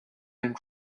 and